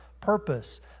purpose